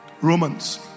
Romans